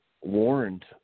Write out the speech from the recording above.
warned